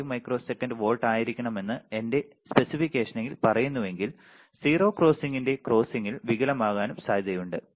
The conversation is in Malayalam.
5 മൈക്രോസെക്കൻഡ് വോൾട്ട് ആയിരിക്കണമെന്ന് എന്റെ സ്പെസിഫിക്കേഷൻ പറയുന്നുവെങ്കിൽ 0 ക്രോസിംഗിന്റെ ക്രോസിംഗിൽ വികലമാകാനും സാധ്യതയുണ്ട്